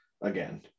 again